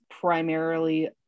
primarily